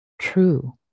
true